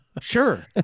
sure